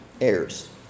Heirs